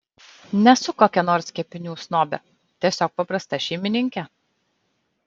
nesu kokia nors kepinių snobė tiesiog paprasta šeimininkė